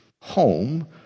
home